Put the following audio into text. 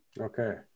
Okay